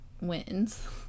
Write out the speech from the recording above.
wins